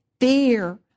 fear